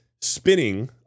spinning